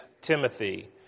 Timothy